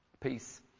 Peace